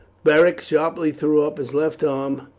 beric sharply threw up his left arm,